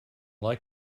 like